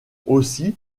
aussi